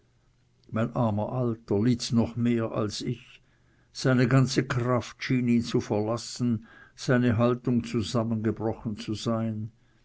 mein armer alter litt noch mehr als ich seine ganze kraft schien ihn zu verlassen schwere seufzer waren zeugen seiner